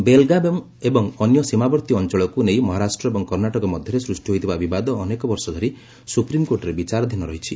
ବେଲଗାମ୍ ଏବଂ ଅନ୍ୟ ସୀମାବର୍ତ୍ତୀ ଅଞ୍ଚଳକୁ ନେଇ ମହାରାଷ୍ଟ୍ର ଏବଂ କର୍ଣ୍ଣାଟକ ମଧ୍ୟରେ ସୃଷ୍ଟି ହୋଇଥିବା ବିବାଦ ଅନେକବର୍ଷ ଧରି ସୁପ୍ରିମକୋର୍ଟରେ ବିଚାରାଧୀନ ରହିଛି